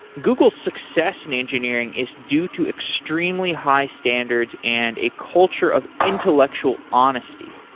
google's success in engineering is due to extremely high standards and a culture of intellectual honesty.